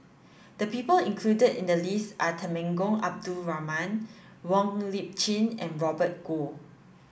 the people included in the list are Temenggong Abdul Rahman Wong Lip Chin and Robert Goh